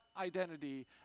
identity